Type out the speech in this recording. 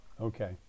Okay